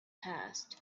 passed